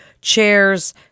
chairs